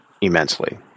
immensely